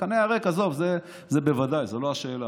הקנה הריק, עזוב, זו בוודאי לא השאלה.